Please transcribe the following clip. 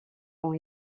ont